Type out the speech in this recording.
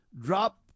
drop